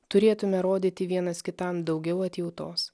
turėtumėme rodyti vienas kitam daugiau atjautos